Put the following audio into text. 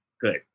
Good